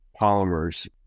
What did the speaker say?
polymers